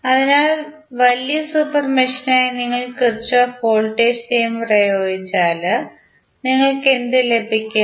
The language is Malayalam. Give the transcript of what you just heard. അതിനാൽ വലിയ സൂപ്പർ മെഷിനായി നിങ്ങൾ കിർചോഫ് വോൾട്ടേജ് നിയമം പ്രയോഗിച്ചാൽ നിങ്ങൾക്ക് എന്ത് ലഭിക്കും